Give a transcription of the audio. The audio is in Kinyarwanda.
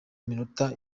iminota